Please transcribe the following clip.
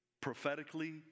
prophetically